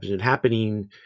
happening